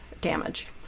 damage